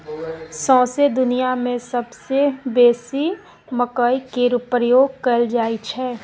सौंसे दुनियाँ मे सबसँ बेसी मकइ केर प्रयोग कयल जाइ छै